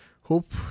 hope